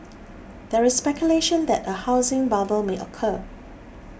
there is speculation that a housing bubble may occur